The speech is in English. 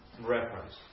reference